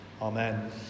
Amen